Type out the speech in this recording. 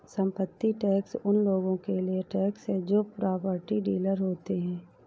संपत्ति टैक्स उन लोगों के लिए टैक्स है जो प्रॉपर्टी डीलर होते हैं